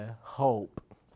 hope